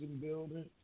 building